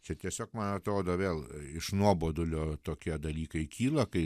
čia tiesiog man atrodo vėl iš nuobodulio tokie dalykai kyla kai